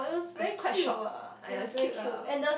is quite short !aiya! it's cute lah